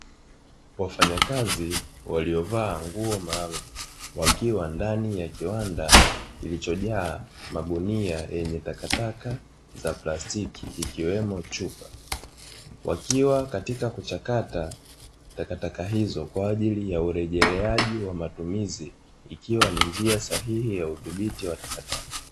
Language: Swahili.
wafanyakazi waliovaa nguo maalumu wakiwa ndani ya kiwanda kilichojaa magunia yenye takataka za plastiki ikiwemo chupa, wakiwa katika kuchakata takataka hizo kwa ajili ya urejeaji wa matumizi ikiwa ni njia sahihi ya udhibiti wa takataka.